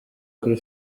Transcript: kuri